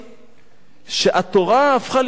שהתורה הפכה להיות משהו שולי,